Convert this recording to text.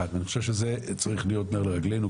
בקומה 1. אני חושב שזה צריך להיות נר לרגלינו,